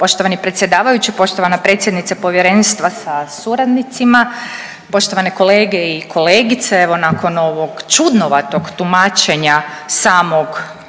Poštovani predsjedavajući, poštovana predsjednice povjerenstva sa suradnicima, poštovane kolege i kolegice, evo nakon ovog čudnovatog tumačenja samog